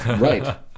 Right